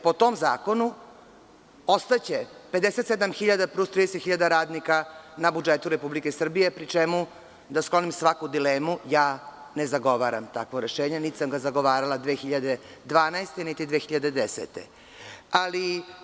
Po tom zakonu ostaće 57.000 plus 30.000 radnika na budžetu Republike Srbije, pri čemu, da sklonim svaku dilemu ja ne zagovaram takvo rešenje, niti sam ga zagovarala 2012. ni 2010. godine.